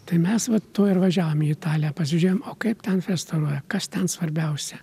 tai mes va to ir važiavom į italiją pasižiūrėjom o kaip ten restauruoja kas ten svarbiausia